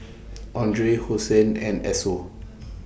Andre Hosen and Esso